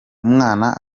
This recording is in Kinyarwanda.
umwana